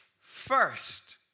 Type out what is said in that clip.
first